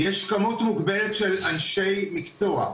יש כמות מוגבלת של אנשי מקצוע,